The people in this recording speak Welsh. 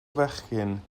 fechgyn